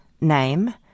name